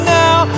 now